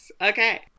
okay